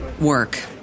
work